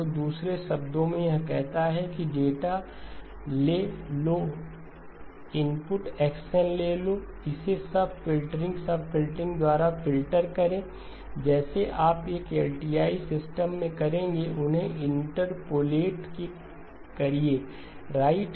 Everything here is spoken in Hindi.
तो दूसरे शब्दों में यह कहता है कि डेटा ले लो इनपुट xn ले लो इसे सब फ़िल्टर द्वारा फ़िल्टर करें जैसे आप एक LTI सिस्टम में करेंगेउन्हें इंटरपोलेट करिए राइट